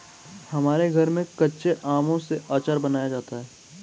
हमारे घर में कच्चे आमों से आचार बनाया जाता है